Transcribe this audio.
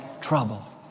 trouble